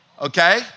Okay